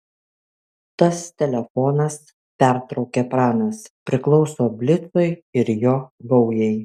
tas telefonas pertraukė pranas priklauso blicui ir jo gaujai